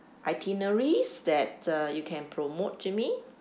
itineraries that uh you can promote to me